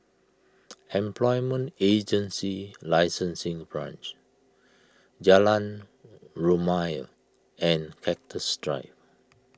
Employment Agency Licensing Branch Jalan Rumia and Cactus Drive